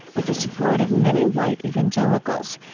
with the support of many white evangelicals,